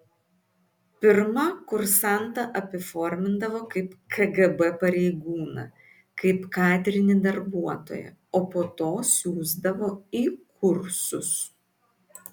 pirma kursantą apiformindavo kaip kgb pareigūną kaip kadrinį darbuotoją o po to siųsdavo į kursus